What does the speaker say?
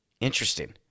Interesting